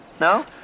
No